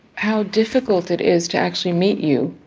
how difficult it is to actually meet you